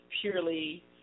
purely